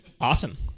awesome